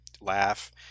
Laugh